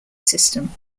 system